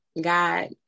God